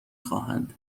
خواهند